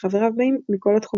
שחבריו באים מכל התחומים.